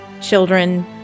children